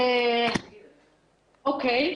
אוקיי.